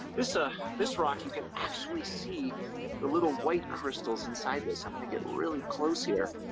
this ah this rock you can actually see the little white crystals inside this. i'm gonna get really close here.